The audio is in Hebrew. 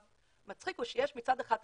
מצחיק שיש מצד אחד חסר,